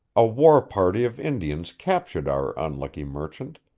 a war party of indians captured our unlucky merchant,